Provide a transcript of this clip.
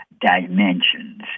dimensions